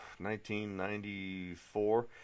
1994